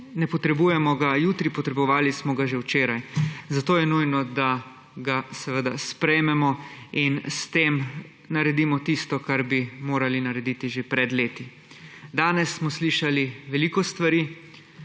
Ne potrebujemo ga jutri, potrebovali smo ga že včeraj, zato je nujno, da ga seveda sprejmemo in s tem naredimo tisto, kar bi morali narediti že pred leti. Danes smo slišali veliko stvari